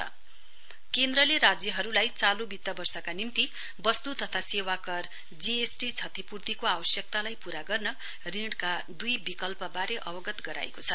जी S T state केन्द्रले राज्यहरुलाई चालू वित्त वर्षका निम्ति वस्तु तथा सेवा कर जीसटी क्षतिपूर्तिको आवश्यकतालाई पूर्ण गर्न ऋणका दुई विकल्पवारे अवगत गराएको छ